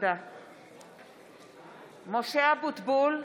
(קוראת בשמות חברי הכנסת) משה אבוטבול,